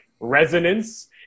resonance